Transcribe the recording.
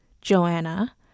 Joanna